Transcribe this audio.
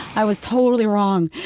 i was totally wrong.